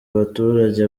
abaturage